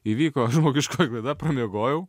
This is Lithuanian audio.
įvyko žmogiškoji klaida pramiegojau